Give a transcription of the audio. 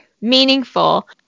meaningful